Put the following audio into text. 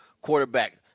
quarterback